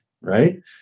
right